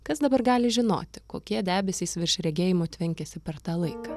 kas dabar gali žinoti kokie debesys virš regėjimo tvenkėsi per tą laiką